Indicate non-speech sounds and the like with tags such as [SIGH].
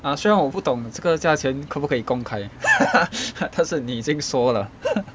ah 虽然我不懂得这个价钱可不可以公开 [LAUGHS] 但是你已经说了